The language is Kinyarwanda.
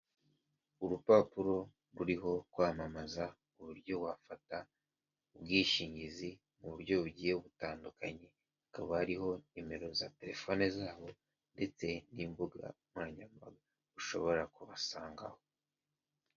Urupapuro ruriho kwamamaza uburyo wafata ubwishingizi mu buryo bugiye butandukanye, hakaba hariho nimero za telefone zabo ndetse n'imbuga nkoranyambaga ushobora kubasangaho.